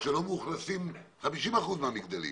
ועוד לא מאוכלסים 50 אחוזים מהמגדלים